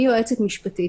אני יועצת משפטית,